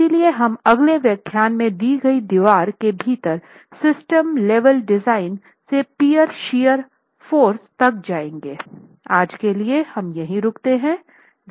इसलिए हम अगले व्याख्यान में दी गई दीवार के भीतर सिस्टम लेवल डिजाइन से पियर शियर फोर्सेज तक जाएंगे